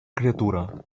criatura